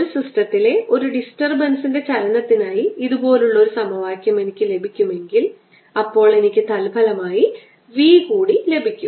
ഒരു സിസ്റ്റത്തിലെ ഒരു ഡിസ്റ്റർബൻസിൻറെ ചലനത്തിനായി ഇതുപോലുള്ള ഒരു സമവാക്യം എനിക്ക് ലഭിക്കുമെങ്കിൽ അപ്പോൾ എനിക്ക് തൽഫലമായി v കൂടി ലഭിക്കും